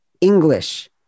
English